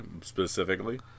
specifically